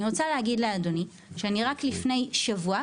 אני רוצה להגיד לאדוני שאני רק לפני שבוע,